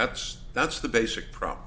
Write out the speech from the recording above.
that's that's the basic pro